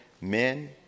men